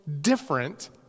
different